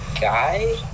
guy